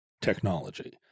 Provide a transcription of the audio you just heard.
technology